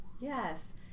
Yes